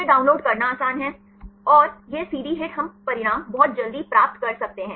फिर डाउनलोड करना आसान है और यह CD HIT हम परिणाम बहुत जल्दी प्राप्त कर सकते हैं